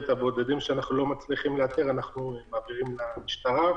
את הבודדים שאנחנו לא מצליחים לאתר אנחנו מעבירים למשטרה.